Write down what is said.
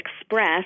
express